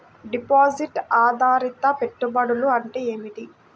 Deposit ఆధారిత పెట్టుబడులు అంటే ఏమిటి?